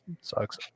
sucks